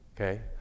Okay